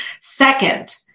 Second